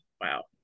wow